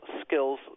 skills